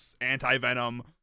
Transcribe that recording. anti-venom